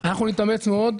אנחנו נתאמץ מאוד,